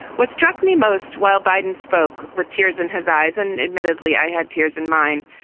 what struck me most while biden spoke with tears in his eyes and admittedly i had tears in mine,